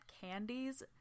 candies